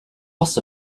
fuss